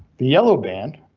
the yellow band.